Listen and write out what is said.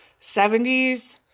70s